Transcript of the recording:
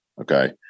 okay